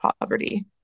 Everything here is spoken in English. poverty